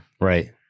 Right